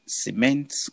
cement